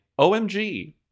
OMG